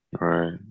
Right